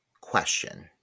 question